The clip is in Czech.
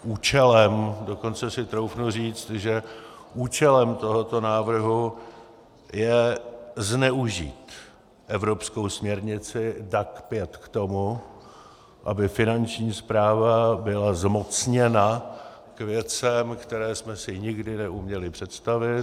Účelem, dokonce si troufnu říct, že účelem tohoto návrhu je zneužít evropskou směrnici DAC 5 k tomu, aby Finanční správa byla zmocněna k věcem, které jsme si nikdy neuměli představit.